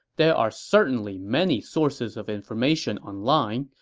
there are certainly many sources of information online,